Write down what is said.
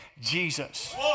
Jesus